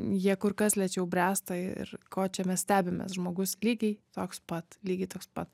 jie kur kas lėčiau bręsta ir ko čia mes stebimės žmogus lygiai toks pat lygiai toks pat